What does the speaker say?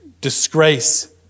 disgrace